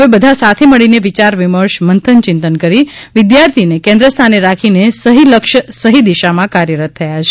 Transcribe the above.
વિમર્શ બધા સાથે મળીને વિચાર મંથન ચિંતન કરી વિદ્યાર્થીને કેન્દ્રસ્થાને રાખીને સહિ લક્ષ્ય સહિ દિશામાં કાર્યરત થયા છે